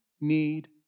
need